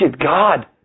God